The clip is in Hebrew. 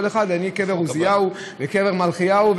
כל אחד: אני קבר עוזיהו וקבר מלכיהו,